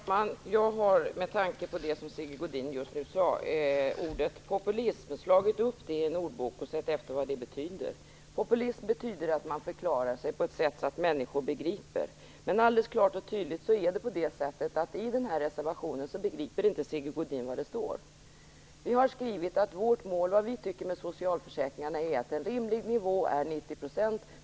Fru talman! Jag har med tanke på det Sigge Godin just nu sade om ordet populism slagit upp det i en ordbok och sett efter vad det betyder. Populism betyder att man förklarar sig på ett sätt så att människor begriper. Det är alldeles klart och tydligt att Sigge Godin inte begriper vad som står i reservationen. Vi har skrivit att Vänsterpartiet tycker att en rimlig nivå för socialförsäkringarna är 90 %.